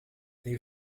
they